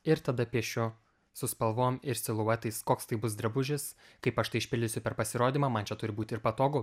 ir tada piešiu su spalvom ir siluetais koks tai bus drabužis kaip aš tai išpildysiu per pasirodymą man čia turi būti ir patogu